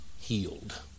healed